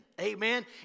Amen